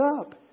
up